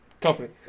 company